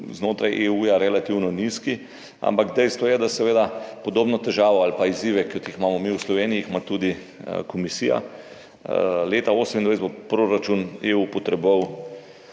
znotraj EU relativno nizki, ampak dejstvo je, da ima seveda podobno težavo ali pa izzive, kot jih imamo mi v Sloveniji, tudi Komisija. Leta 2028 bo proračun EU potreboval